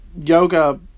Yoga